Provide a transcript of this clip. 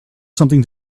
something